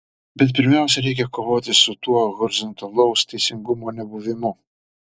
bet pirmiausia reikia kovoti su tuo horizontalaus teisingumo nebuvimu